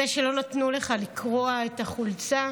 זה שלא נתנו לך לקרוע את החולצה,